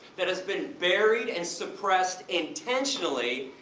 that is been buried and suppressed, intentionally,